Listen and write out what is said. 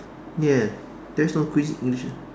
ya that's not Queen's English